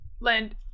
land